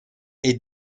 est